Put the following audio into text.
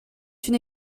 une